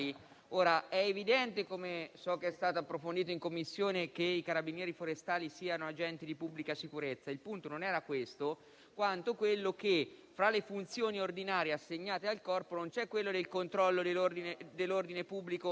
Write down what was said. È evidente che, così com'è stato approfondito in Commissione, i Carabinieri forestali sono agenti di pubblica sicurezza. Il punto non è questo, quanto quello che fra le funzioni ordinarie assegnate al Corpo non vi è quella del controllo dell'ordine pubblico